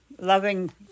loving